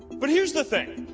but here's the thing